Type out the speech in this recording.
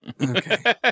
Okay